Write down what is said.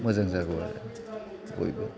मोजां जागौ आरो बयबो